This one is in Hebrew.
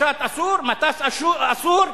משט אסור, מטס אסור.